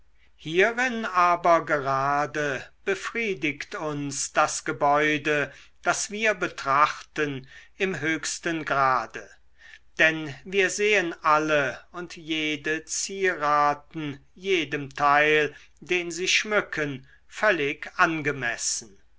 hierin aber gerade befriedigt uns das gebäude das wir betrachten im höchsten grade denn wir sehen alle und jede zieraten jedem teil den sie schmücken völlig angemessen